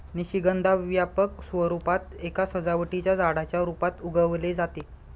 निशिगंधा व्यापक स्वरूपात एका सजावटीच्या झाडाच्या रूपात उगवले जाते